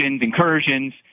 incursions